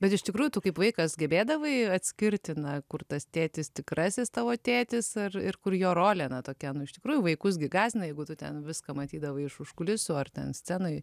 bet iš tikrųjų tu kaip vaikas gebėdavai atskirti na kur tas tėtis tikrasis tavo tėtis ar ir kur jo rolė na tokia nu iš tikrųjų vaikus gi gąsdina jeigu tu ten viską matydavai iš užkulisių ar ten scenoj